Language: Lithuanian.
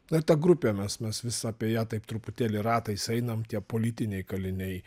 ar ta grupė mes mes vis apie ją taip truputėlį ratais einam tie politiniai kaliniai